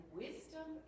wisdom